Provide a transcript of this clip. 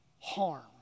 harm